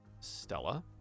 Stella